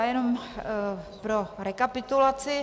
Jenom pro rekapitulaci.